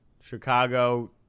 Chicago